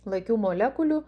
lakių molekulių